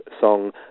song